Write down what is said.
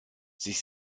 sich